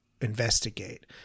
investigate